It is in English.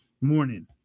morning